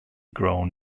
grown